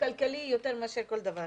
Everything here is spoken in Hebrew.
ונושא כלכלי יותר מאשר כל דבר.